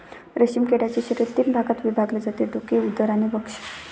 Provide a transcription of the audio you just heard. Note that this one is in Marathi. रेशीम किड्याचे शरीर तीन भागात विभागले जाते डोके, उदर आणि वक्ष